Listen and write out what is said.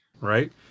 right